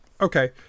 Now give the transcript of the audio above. Okay